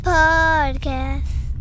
podcast